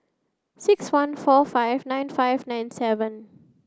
six one four five nine five nine seven